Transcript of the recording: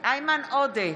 איימן עודה,